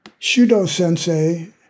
Shudo-sensei